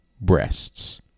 breasts